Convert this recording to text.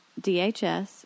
DHS